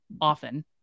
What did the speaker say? often